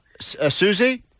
Susie